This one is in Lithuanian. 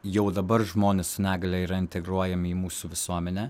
jau dabar žmonės su negalia yra integruojami į mūsų visuomenę